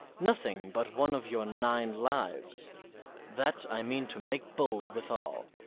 nothing but one of your nine lives that i mean to make bold withal,